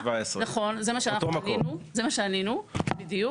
נכון, זה מה שענינו בדיוק.